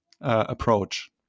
approach